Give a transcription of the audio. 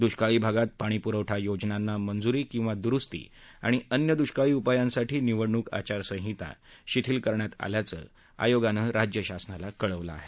द्ष्काळी भागात पाणीप्रवठा योजनांना मंज्री किंवा द्रुस्ती आणि अन्य द्वष्काळी उपायांसाठी निवडणूक आचारसंहिता शिथिल करण्यात आल्याचं आयोगानं राज्य शासनाला कळवलं आहे